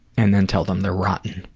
and then tell them they're rotten.